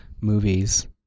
movies